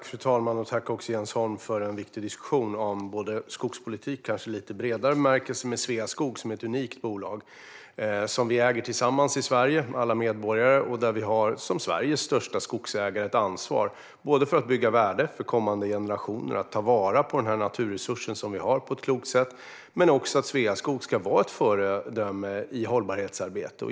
Fru talman! Tack, Jens Holm, för en viktig diskussion både om skogspolitik i bredare bemärkelse och om Sveaskog, som är ett unikt bolag som vi, alla medborgare, äger tillsammans i Sverige. Som Sveriges största skogsägare har vi ett ansvar för att bygga värden för kommande generationer och att ta vara på denna naturresurs på ett klokt sätt. Sveaskog ska vara ett föredöme i hållbarhetsarbete.